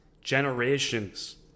generations